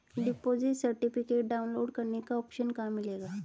Deposit certificate download करने का option कहां मिलेगा?